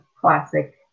classic